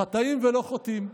"חטאים" ולא "חוטאים".